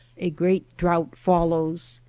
a great drouth follows.